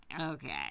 okay